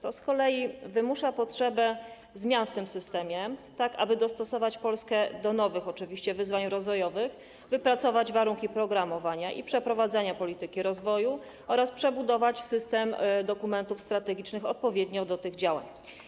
To z kolei wymusza potrzebę zmian w tym systemie, aby dostosować Polskę do nowych wyzwań rozwojowych, wypracować warunki programowania i przeprowadzenia polityki rozwoju oraz przebudować system dokumentów strategicznych odpowiednio do tych działań.